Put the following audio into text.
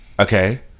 Okay